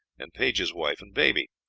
and page's wife and baby.